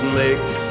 makes